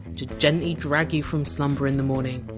to gently drag you from slumber in the morning,